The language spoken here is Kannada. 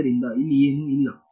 ಆದ್ದರಿಂದ ಇಲ್ಲಿ ಏನೂ ಇಲ್ಲ